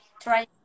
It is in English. try